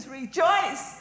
rejoice